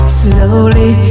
slowly